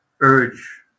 urge